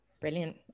Brilliant